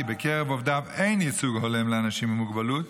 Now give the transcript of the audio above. בקרב עובדיו אין ייצוג הולם לאנשים עם מוגבלות,